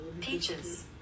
Peaches